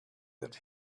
that